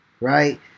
right